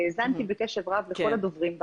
האזנתי בקשב רב לכול הדוברים.